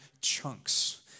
chunks